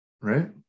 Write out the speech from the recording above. right